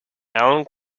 allen